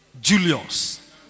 Julius